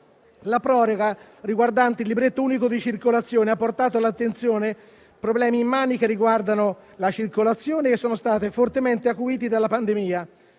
La proroga riguardante il libretto unico di circolazione ha portato all'attenzione problemi immani riguardanti la circolazione, che sono stati fortemente acuiti dalla pandemia.